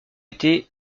était